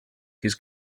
his